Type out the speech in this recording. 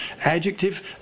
adjective